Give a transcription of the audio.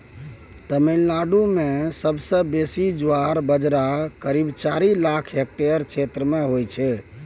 तमिलनाडु मे सबसँ बेसी ज्वार बजरा करीब चारि लाख हेक्टेयर क्षेत्र मे होइ छै